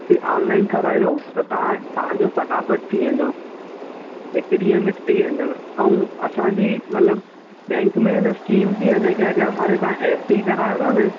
online करायो त तव्हांजो फटाफट थी वेंदव हिक ॾींहं में थी वेंदव ऐं असांजी मतलबु बेंक में आहिनि स्कीम थी हले के अगरि हाणे तव्हां एफ डी करायो था न